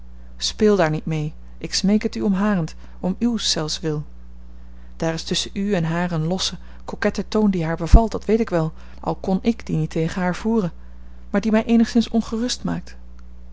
speel daar niet mee ik smeek het u om harent om uws zelfs wil daar is tusschen u en haar een losse coquette toon die haar bevalt dat weet ik wel al kon ik dien niet tegen haar voeren maar die mij eenigszins ongerust maakt